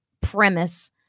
premise